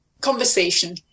conversation